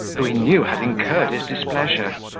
who he knew had incurred his displeasure.